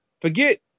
Forget